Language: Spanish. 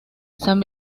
san